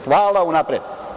Hvala unapred.